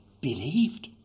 believed